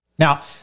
Now